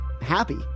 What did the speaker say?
happy